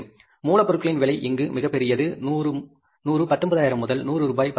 மூலப்பொருட்களின் விலை இங்கு மிகப்பெரியது 100 19000 முதல் 100 ரூபாய் 119200